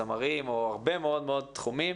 זמרים או הרבה מאוד מאוד תחומים,